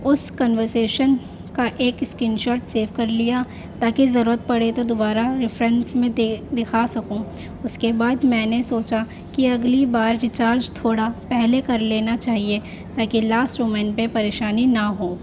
اس conversation کا ایک screenshot save کر لیا تاکہ ضرورت پڑے تو دوبارہ ریفرینس میں دے دکھا سکوں اس کے بعد میں نے سوچا کہ اگلی بار ریچارج تھوڑا پہلے کر لینا چاہیے تاکہ لاسٹ مومنٹ پہ پریشانی نہ ہو